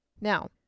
Now